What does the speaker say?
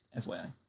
FYI